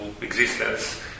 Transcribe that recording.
existence